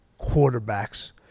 quarterbacks